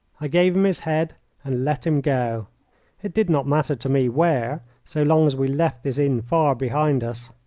i gave him his head and let him go it did not matter to me where, so long as we left this inn far behind us.